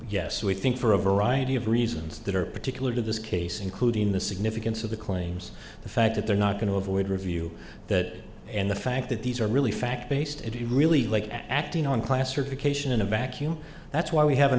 yes we think for a variety of reasons that are particular to this case including the significance of the claims the fact that they're not going to avoid review that and the fact that these are really fact based if you really like acting on classification in a vacuum that's why we have an